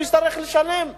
הוא יצטרך לשלם ארנונה.